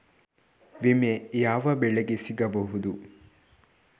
ವಿಮೆ ಯಾವ ಬೆಳೆಗೆ ಸಿಗಬಹುದು?